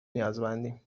نیازمندیم